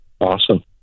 Awesome